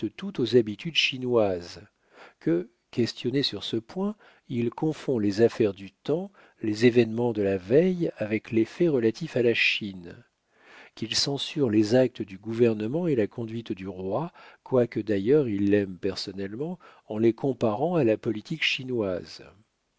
tout aux habitudes chinoises que questionné sur ce point il confond les affaires du temps les événements de la veille avec les faits relatifs à la chine qu'il censure les actes du gouvernement et la conduite du roi quoique d'ailleurs il l'aime personnellement en les comparant à la politique chinoise